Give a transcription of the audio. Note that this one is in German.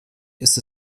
ist